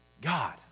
God